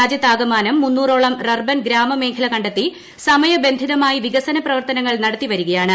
രാജ്യത്താകമാനം മുന്നൂറോളം റർബൻ ഗ്രാമമേഖല കണ്ടെത്തി സമയബന്ധിതമായി വികസന പ്രവർത്തനങ്ങൾ നടത്തിവരികയാണ്